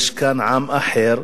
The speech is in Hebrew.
יש כאן עם אחר,